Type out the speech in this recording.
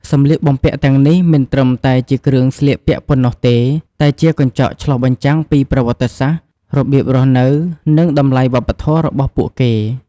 សម្លៀកបំពាក់ទាំងនេះមិនត្រឹមតែជាគ្រឿងស្លៀកពាក់ប៉ុណ្ណោះទេ តែជាកញ្ចក់ឆ្លុះបញ្ចាំងពីប្រវត្តិសាស្ត្រ របៀបរស់នៅ និងតម្លៃវប្បធម៌របស់ពួកគេ។